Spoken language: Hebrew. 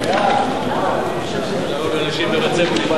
את הצעת חוק החולה הנוטה למות (תיקון,